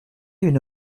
une